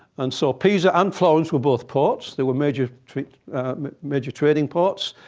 and so pisa and florence were both ports. they were major trading major trading ports.